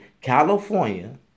California